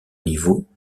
niveau